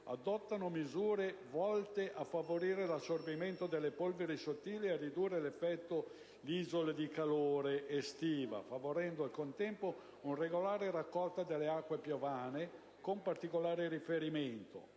adottano misure volte a favorire l'assorbimento delle polveri sottili e a ridurre l'effetto «isola di calore estiva», favorendo al contempo una regolare raccolta delle acque piovane, con particolare riferimento: